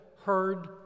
heard